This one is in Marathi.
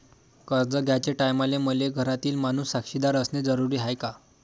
कर्ज घ्याचे टायमाले मले घरातील माणूस साक्षीदार असणे जरुरी हाय का?